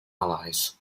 allies